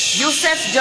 (קוראת בשמות חברי הכנסת) יוסף ג'בארין,